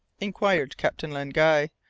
inquired captain len guy.